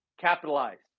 capitalized